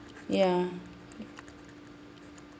ya